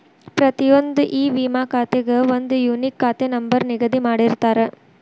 ಪ್ರತಿಯೊಂದ್ ಇ ವಿಮಾ ಖಾತೆಗೆ ಒಂದ್ ಯೂನಿಕ್ ಖಾತೆ ನಂಬರ್ ನಿಗದಿ ಮಾಡಿರ್ತಾರ